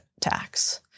tax